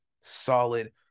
solid